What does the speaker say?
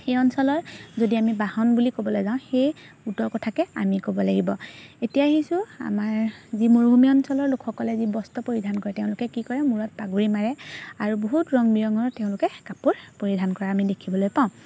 সেই অঞ্চলৰ যদি আমি বাহন বুলি ক'বলৈ যাওঁ সেই উটৰ কথাকে আমি ক'ব লাগিব এতিয়া আহিছোঁ আমাৰ যি মৰুভূমি অঞ্চলৰ লোকসকলে যি বস্ত্ৰ পৰিধান কৰে তেওঁলোকে কি কৰে মূৰত পাগুৰি মাৰে আৰু বহুত ৰং বিৰঙৰ তেওঁলোকে কাপোৰ পৰিধান কৰা আমি দেখিবলৈ পাওঁ